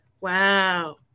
Wow